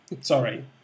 Sorry